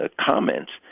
comments